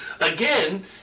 again